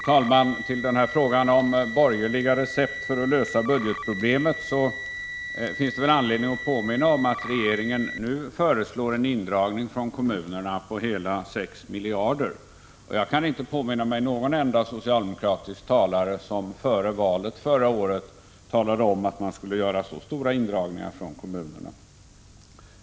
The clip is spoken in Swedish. Fru talman! Frågan om borgerliga recept för att lösa budgetproblemet ger mig anledning att påminna om att regeringen nu föreslår en indragning från kommunerna på hela 6 miljarder. Jag kan inte påminna mig någon enda socialdemokratisk talare som före valet förra året talade om att man skulle göra så stora indragningar från kommunerna.